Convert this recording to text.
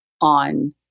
on